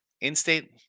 In-state